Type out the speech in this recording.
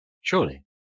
Surely